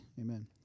Amen